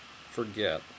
forget